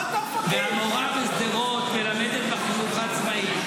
והמורה משדרות מלמדת בחינוך העצמאי,